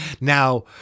Now